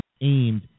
aimed